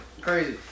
crazy